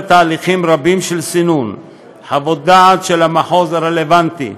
תהליכים רבים של סינון: חוות דעת של המחוז הרלוונטי,